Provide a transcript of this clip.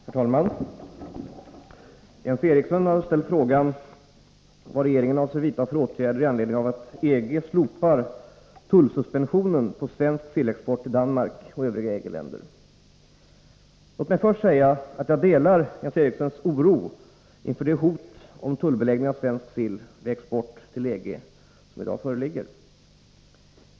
Herr talman! Jens Eriksson har ställt frågan vad regeringen avser vidta för åtgärder i anledning av att EG slopar tullsuspensionen på svensk sillexport till Danmark och övriga EG-länder. Låt mig först säga, att jag delar Jens Erikssons oro inför det hot om tullbeläggning av svensk sill vid export till EG som i dag föreligger.